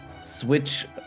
switch